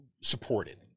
supported